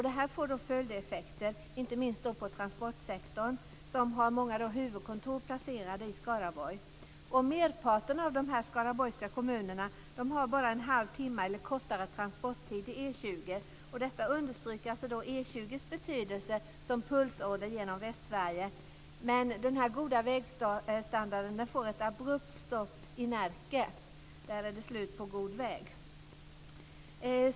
Detta får följdeffekter, inte minst inom transportsektorn som har många huvudkontor placerade i Skaraborg. Merparten av kommunerna i Skaraborg har bara en halv timme eller kortare transporttid till E 20. Detta understryker E 20:s betydelse som pulsåder genom Västsverige. Men den goda vägstandarden får ett abrupt slut i Närke. Där är det slut på god väg.